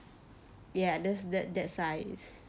yeah that's that that size